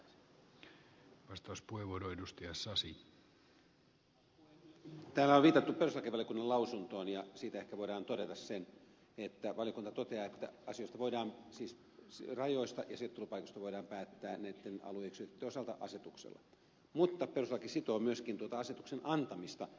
täällä on viitattu perustuslakivaliokunnan lausuntoon ja siitä ehkä voidaan todeta se että valiokunta toteaa että rajoista ja sijoittelupaikoista voidaan päättää näitten alueyksiköiden osalta asetuksella mutta perustuslaki sitoo myöskin tuota asetuksen antamista